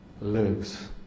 lives